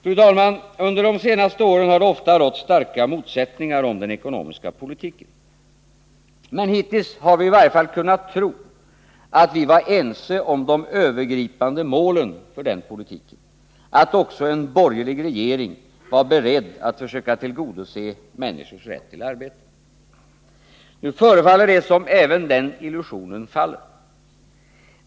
Fru talman! Under de senaste åren har det ofta rått starka motsättningar i uppfattningen om den ekonomiska politiken. Men hittills har vi i varje fall kunnat tro att vi varit ense om de övergripande målen för den politiken och att även en borgerlig regering varit beredd att försöka tillgodose människors rätt till arbete. Nu förefaller det som om även den illusionen faller.